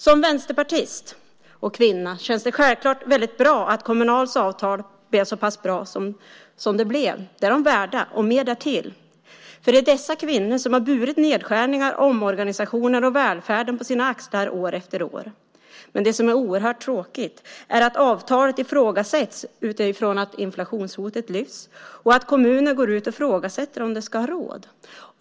Som vänsterpartist och kvinna känns det självklart väldigt bra att kommunalarnas avtal blev så pass bra som det blev. Det är de värda och mer därtill, för det är dessa kvinnor som har burit nedskärningar, omorganisationer och välfärden på sina axlar år efter år. Det som är oerhört tråkigt är att avtalet ifrågasätts utifrån att inflationshotet lyfts och att kommuner går ut och ifrågasätter om de ska ha råd.